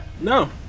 No